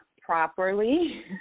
properly